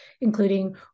including